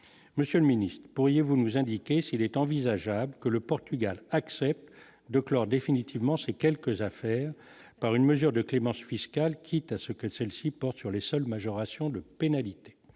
monsieur le Ministre, pourriez-vous nous indiquer s'il est envisageable que le Portugal accepte de clore définitivement ces quelques affaires par une mesure de clémence fiscale, quitte à ce que celle-ci porte sur les seuls majoration de pénalités,